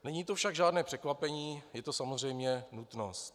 Není to však žádné překvapení, je to samozřejmě nutnost.